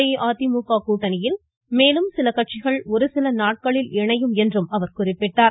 அஇஅதிமுக கூட்டணியில் மேலும் சில கட்சிகள் ஒருசில நாட்களில் இணையும் என்றும் அவர் குறிப்பிட்டார்